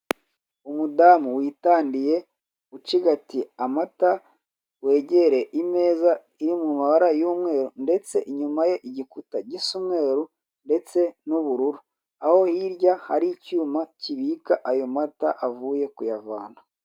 Umudamu witandiye ucigatiye amata, wegereye imeza iri mumabara y'umweru ndetse inyuma ye igikuta gisa umweru ndetse n'ubururu, aho hirya hari icyuma kibika ayo mata avuye kuyavana.